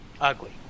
Ugly